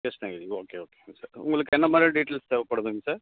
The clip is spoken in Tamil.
கிருஷ்ணகிரி ஓகே ஓகேங்க சார் உங்களுக்கு என்ன மாதிரியான டீட்டெயில்ஸ் தேவைப்படுதுங்க சார்